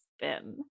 spin